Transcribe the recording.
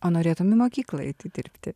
o norėtum į mokyklą eiti dirbti